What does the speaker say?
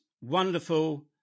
wonderful